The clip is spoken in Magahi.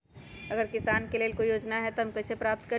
अगर किसान के लेल कोई योजना है त हम कईसे प्राप्त करी?